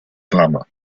glamour